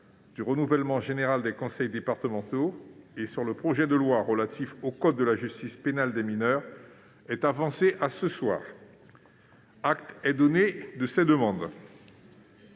du renouvellement général des conseils départementaux et sur le projet de loi relatif au code de la justice pénale des mineurs est avancé à ce soir. Acte est donné de ces demandes.